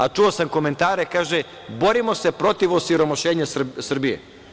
A čuo sam komentare, kaže – borimo se protiv osiromašenja Srbije.